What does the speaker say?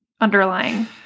underlying